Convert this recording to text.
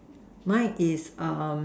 mine is